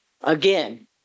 again